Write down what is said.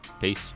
Peace